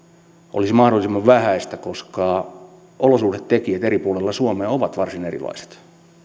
olisi mahdollisimman vähäistä koska olosuhdetekijät eri puolilla suomea ovat varsin erilaiset